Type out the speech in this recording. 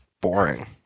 boring